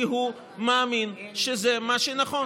כי הוא מאמין שזה מה שנכון.